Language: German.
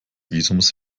visums